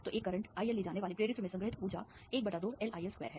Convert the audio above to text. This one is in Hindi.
तो एक करंट IL ले जाने वाले प्रेरित्र में संग्रहीत ऊर्जा ½LIL2 है